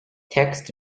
text